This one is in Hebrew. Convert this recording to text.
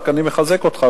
אני רק מחזק אותך,